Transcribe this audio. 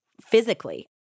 physically